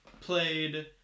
Played